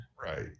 right